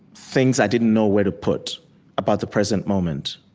things i didn't know where to put about the present moment.